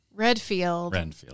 Redfield